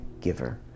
giver